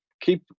keep